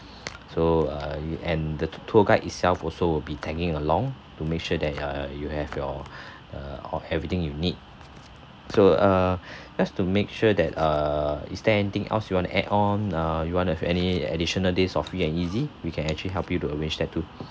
so uh you and the to~ tour guide itself also will be tagging along to make sure that uh you have your uh or everything you need so uh just to make sure that err is there anything else you want to add on ah you want to have any additional days of free and easy we can actually help you to arrange that too